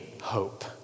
hope